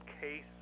case